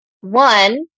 One